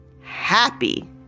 happy